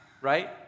right